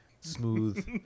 smooth